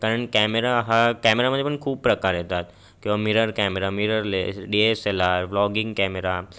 कारण कॅमेरा हा कॅमेरामध्ये पण खूप प्रकार येतात किंवा mirror camera mirror lens D S L R blogging camera